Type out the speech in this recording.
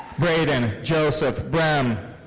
braiden joseph brehm.